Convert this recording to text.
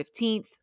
15th